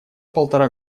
полтора